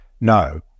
No